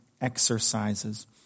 exercises